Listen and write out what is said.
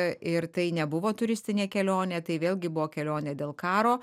ir tai nebuvo turistinė kelionė tai vėlgi buvo kelionė dėl karo